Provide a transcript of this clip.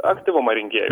aktyvumą rinkėjų